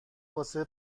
واسه